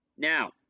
Now